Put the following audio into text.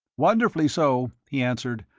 wonderfully so, he answered.